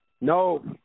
No